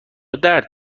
درد